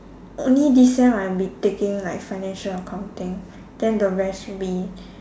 only this sem I'll be taking like financial accounting then the rest will be